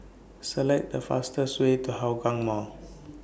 Select The fastest Way to Hougang Mall